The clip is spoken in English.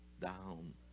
down